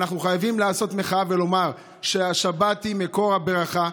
אבל אנחנו חייבים לעשות מחאה ולומר שהשבת היא מקור הברכה,